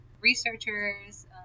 researchers